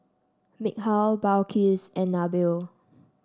Mikhail Balqis and Nabil